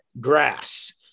grass